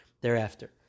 thereafter